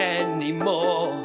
anymore